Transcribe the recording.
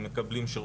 מקבלים שירות,